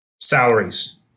salaries